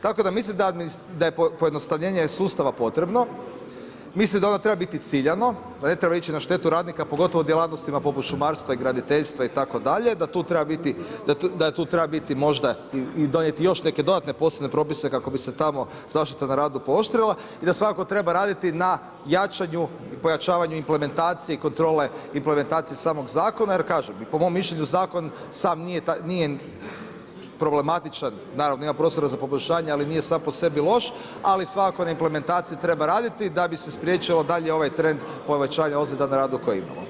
Tako da mislim da je pojednostavljenje sustava potrebno, mislim da ono treba biti ciljano da ne treba ići na štetu radnika pogotovo u djelatnostima poput šumarstva, graditeljstva itd. da tu treba biti možda i donijeti još neke dodatne posebne propise kako bi se tamo zaštita na radu pooštrila i da svakako treba raditi na jačanju i pojačavanju implementacije, kontrole implementacije samog Zakona jer kažem i po mom mišljenju Zakon sam nije problematičan, naravno ima prostora za poboljšanje, ali nije sam po sebi loš, ali svakako na implementaciji treba raditi da bi se spriječilo dalje ovaj trend povećanja ozljeda na radu koje imamo.